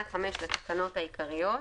בתקנה 5 לתקנות העיקריות,